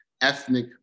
ethnic